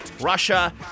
Russia